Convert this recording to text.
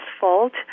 fault